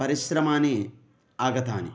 परिश्रमाणि आगतानि